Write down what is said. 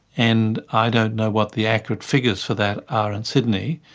and i don't know what the accurate figures for that are in sydney,